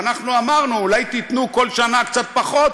ואנחנו אמרנו: אולי תיתנו כל שנה קצת פחות,